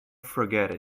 forget